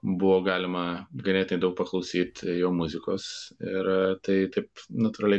buvo galima greitai daug paklausyt jo muzikos ir tai taip natūraliai